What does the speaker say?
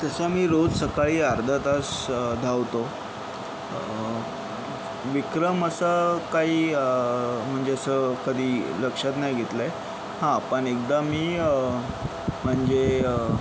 तसा मी रोज सकाळी अर्धा तास धावतो विक्रम असा काही म्हणजे असं कधी लक्षात नाही घेतला आहे हां पण एकदा मी म्हणजे